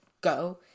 go